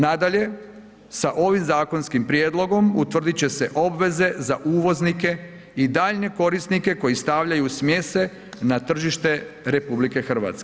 Nadalje, sa ovim zakonskim prijedlogom utvrdit će se obveze za uvoznike i daljnje korisnike koji stavljaju u smjese na tržište RH.